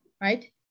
right